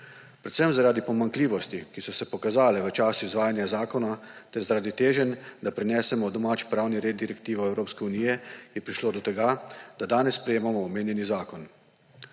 Predvsem zaradi pomanjkljivosti, ki so se pokazale v času izvajanja zakona, ter zaradi teženj, da prenesemo v domač pravni red direktivo Evropske unije, je prišlo do tega, da danes sprejemamo omenjeni zakon.